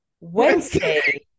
wednesday